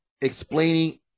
Explaining